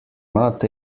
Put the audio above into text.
not